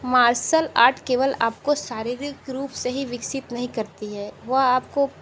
martial art केवल आपको शारीरिक रूप से ही विकसित नहीं करती है वो आपको